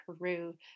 Peru